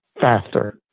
faster